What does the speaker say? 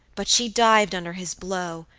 but she dived under his blow,